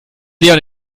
leon